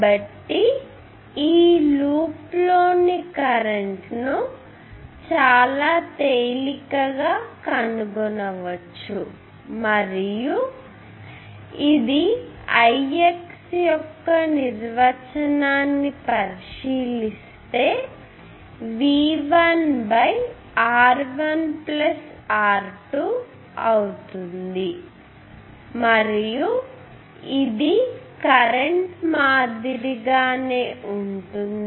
కాబట్టి ఈ లూప్లోని కరెంట్ను చాలా తేలికగా కనుగొనవచ్చు మరియు ఇది Ix యొక్క నిర్వచనాన్ని పరిశీలిస్తే V1R1 R2 అవుతుంది మరియు ఇది ఈ కరెంట్ మాదిరిగానే ఉంటుంది